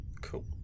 cool